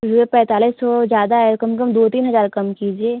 उसमें पैंतालीस सौ ज्यादा है कम कम दो तीन हजार कम कीजिए